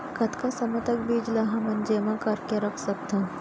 कतका समय तक बीज ला हमन जेमा करके रख सकथन?